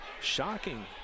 shocking